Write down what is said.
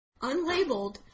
unlabeled